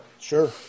Sure